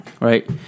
right